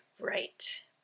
right